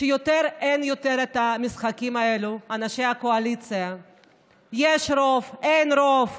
שאין יותר את המשחקים האלה: יש רוב, אין רוב,